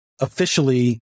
officially